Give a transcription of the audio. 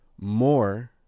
More